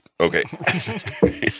Okay